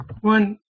one